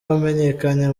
wamenyekanye